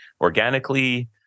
organically